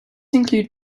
include